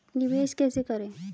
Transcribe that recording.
निवेश कैसे करें?